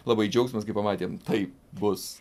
labai džiaugsmas kai pamatėm tai bus